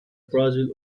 brazil